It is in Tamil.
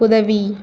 உதவி